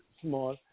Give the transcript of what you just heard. small